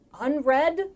unread